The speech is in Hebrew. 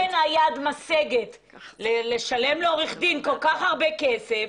אם אין היד משגת לשלם לעורך דין כל כך הרבה כסף,